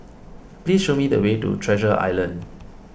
please show me the way to Treasure Island